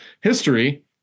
history